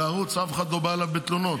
ואף אחד לא בא אליו בתלונות.